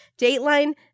Dateline